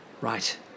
Right